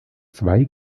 zwei